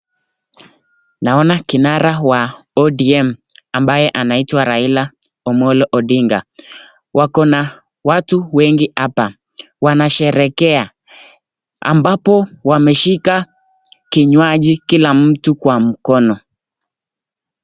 Naona kinara wa ODM ambaye anaitwa Raila Amolo Odinga, wako na watu wengi hapa wanasherehekea. Ambapo wameshika kinywaji kila mtu kwa mkono.